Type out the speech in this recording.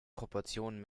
proportionen